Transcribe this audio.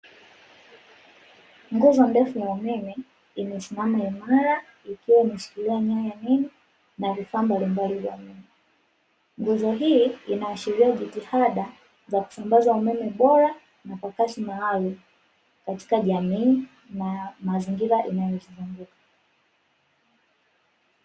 Nguzo ndefu ya umeme imesimama imara ikiwa imeshikilia nyaya nyingi na vifaa mbalimbali vya umeme, nguzo hii inaashiria jitihada za kusambaza umeme bora na kwa kasi maalumu katika jamii, na mazingira yanayoizunguka.